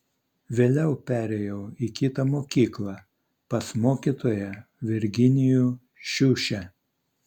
vėliau perėjau į kitą mokyklą pas mokytoją virginijų šiušę